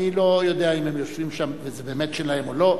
אני לא יודע אם הם יושבים שם וזה באמת שלהם או לא.